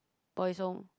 boys home